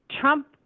Trump